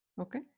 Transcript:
Okay